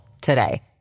today